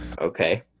Okay